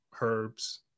herbs